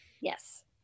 yes